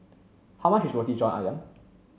how much is Roti John Ayam